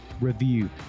Review